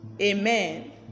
Amen